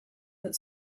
that